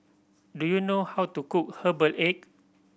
do you know how to cook herbal egg